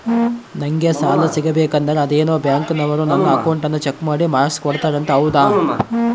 ನಂಗೆ ಸಾಲ ಸಿಗಬೇಕಂದರ ಅದೇನೋ ಬ್ಯಾಂಕನವರು ನನ್ನ ಅಕೌಂಟನ್ನ ಚೆಕ್ ಮಾಡಿ ಮಾರ್ಕ್ಸ್ ಕೋಡ್ತಾರಂತೆ ಹೌದಾ?